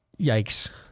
Yikes